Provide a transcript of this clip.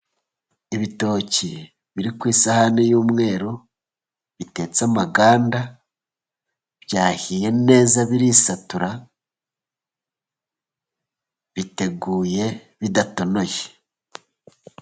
Ibitoki biri ku isahani y'umweru bitetse amaganda, byahiye neza birisatura biteguye bidatonoye.